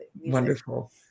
Wonderful